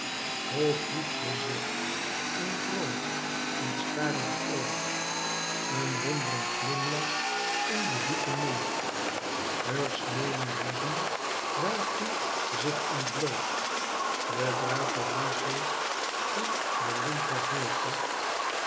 hief ze zich een droom in t starend oog een wondren glimlach om den zoeten mond heur sneeuwen boezem welfde zich ontbloot de draperie zeeg van de